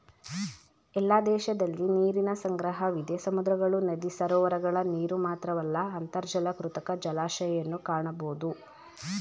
ಎಲ್ಲ ದೇಶದಲಿ ನೀರಿನ ಸಂಗ್ರಹವಿದೆ ಸಮುದ್ರಗಳು ನದಿ ಸರೋವರಗಳ ನೀರುಮಾತ್ರವಲ್ಲ ಅಂತರ್ಜಲ ಕೃತಕ ಜಲಾಶಯನೂ ಕಾಣಬೋದು